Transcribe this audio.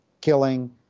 killing